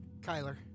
Kyler